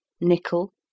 nickel